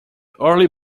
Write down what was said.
early